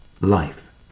life